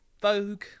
Vogue